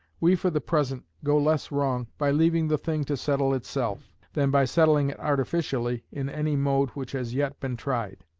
we for the present go less wrong by leaving the thing to settle itself, than by settling it artificially in any mode which has yet been tried.